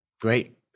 Great